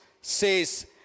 says